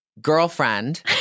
Girlfriend